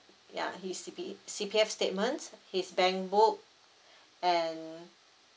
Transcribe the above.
ya his C P C_P_F statement his bank book and